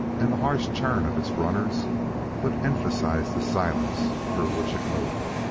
and the harsh churn of its runners but emphasized the silence through which it moved.